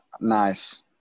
Nice